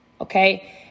okay